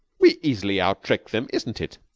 we easily out-trick them, isn't it?